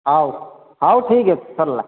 ହଉ ହଉ ଠିକ୍ ଅଛି ସରିଲା